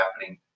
happening